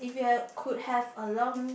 if you had could have a long